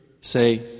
Say